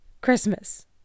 christmas